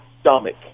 stomach